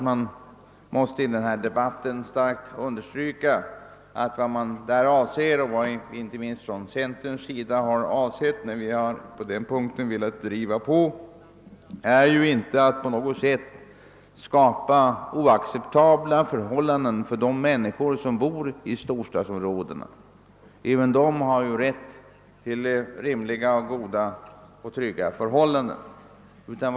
Man måste i denna debatt också understryka att vad som avsetts, och inte minst vad vi från centerns sida avsett, inte är att skapa oacceptabla förhållanden för de människor som bor i storstadsområdena. Även de har givetvis rätt till rimliga, goda och trygga förhållanden.